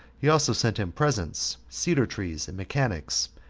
he also sent him presents, cedar-trees, and mechanics,